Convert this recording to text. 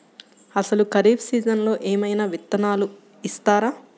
అసలు ఖరీఫ్ సీజన్లో ఏమయినా విత్తనాలు ఇస్తారా?